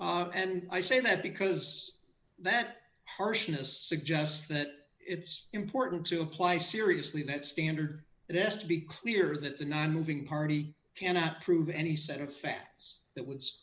appeals and i say that because that harshness suggests that it's important to apply seriously that standard it s to be clear that the nonmoving party cannot prove any set of facts that w